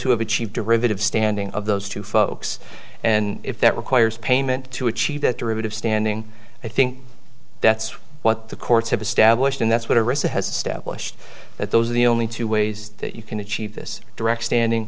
who have achieved derivative standing of those two folks and if that requires payment to achieve that derivative standing i think that's what the courts have established and that's what a recess has established that those are the only two ways that you can achieve this direct standing